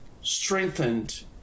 strengthened